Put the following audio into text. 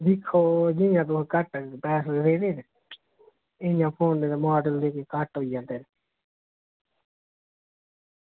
दिक्खो जियां तुस घट्ट पैसे देगे नी इ'यां फोनै दा माडल बी घट्ट होई जंदा